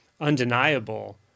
undeniable